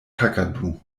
kakadu